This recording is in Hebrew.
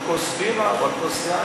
על כוס בירה או על כוס יין,